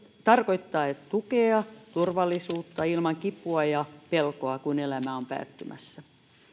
tarkoittaa tukea ja turvallisuutta ilman kipua ja pelkoa kun elämä on päättymässä